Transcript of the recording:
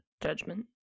judgment